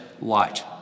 light